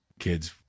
kids